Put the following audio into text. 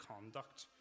conduct